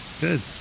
Good